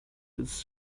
his